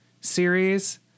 series